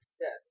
Yes